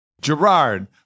Gerard